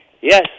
Yes